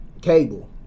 Cable